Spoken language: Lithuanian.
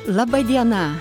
laba diena